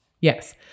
yes